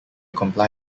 comply